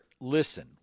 listen